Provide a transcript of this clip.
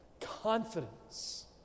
Confidence